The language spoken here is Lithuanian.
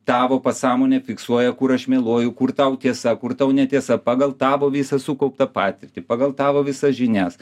tavo pasąmonė fiksuoja kur aš meluoju kur tau tiesa kur tau ne tiesa pagal tavo visą sukauptą patirtį pagal tavo visas žinias